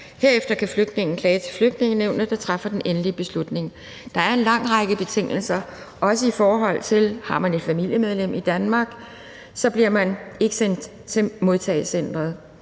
Herefter kan flygtningen klage til Flygtningenævnet, der træffer den endelige beslutning. Der er en lang række forhold. Hvis man har et familiemedlem i Danmark, bliver man ikke sendt til modtagecenteret.